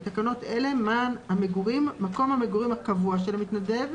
1. בתקנות אלה "מען המגורים" מקום המגורים הקבוע של מתנדב,